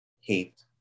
hate